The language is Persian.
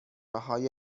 های